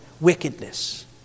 wickedness